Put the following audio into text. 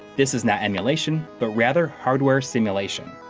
this is not emulation, but rather, hardware simulation.